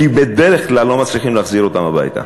כי בדרך כלל לא מצליחים להחזיר אותם הביתה.